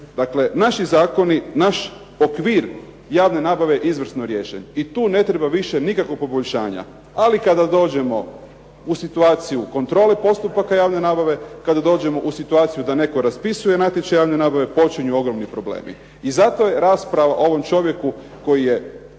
Naši Zakoni, naš okvir javne nabave je izvrsno riješen i tu ne treba nikakvog poboljšanja ali kada dođemo u situaciju kontrole postupaka javne nabave, kada dođemo u situaciju da netko raspisuje natječaj javne nabave počinju ogromni problemi. I zato je rasprava o ovom čovjeku, koji je